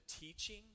teaching